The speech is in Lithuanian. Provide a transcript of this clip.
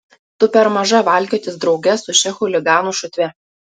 tu per maža valkiotis drauge su šia chuliganų šutve